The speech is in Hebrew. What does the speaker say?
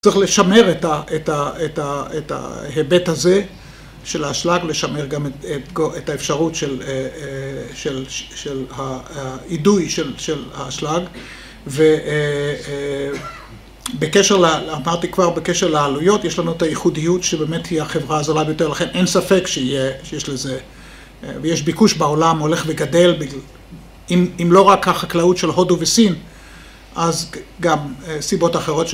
צריך לשמר את ההיבט הזה של האשלג, לשמר גם את האפשרות של האידוי של האשלג. ובקשר, אמרתי כבר, בקשר לעלויות, יש לנו את הייחודיות, שבאמת היא החברה הזוולה ביותר, לכן אין ספק שיש לזה, ויש ביקוש בעולם, הולך וגדל, אם לא רק החקלאות של הודו וסין, אז גם סיבות אחרות.